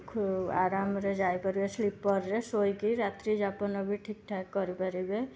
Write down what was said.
ଖୁବ୍ ଆରାମରେ ଯାଇପାରିବ ସ୍ଲିପରରେ ଶୋଇକି ରାତ୍ରିଜାପାନ ବି ଠିକ୍ଠାକ୍ କରିପାରିବେ